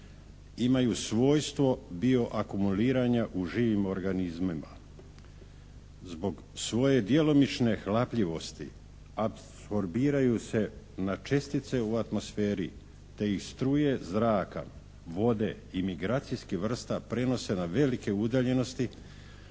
Imaju svojstvo bioakumuliranja u živim organizmima. Zbog svoje djelomične hlapljivosti apsorbiraju se na čestice u atmosferi te ih struje zraka, vode i migracijskih vrsta prenose na velike udaljenosti